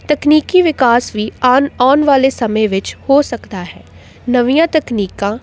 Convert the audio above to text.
ਤਕਨੀਕੀ ਵਿਕਾਸ ਵੀ ਆਨ ਆਉਣ ਵਾਲੇ ਸਮੇਂ ਵਿੱਚ ਹੋ ਸਕਦਾ ਹੈ ਨਵੀਆਂ ਤਕਨੀਕਾਂ